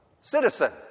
citizen